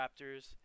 Raptors